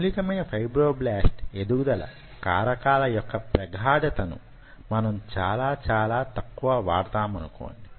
మౌలికమైన ఫైబ్రోబ్లాస్ట్ ఎదుగుదల కారకాల యొక్క ప్రగాఢతను మనం చాలా చాలా తక్కువ వాడతామనుకోండి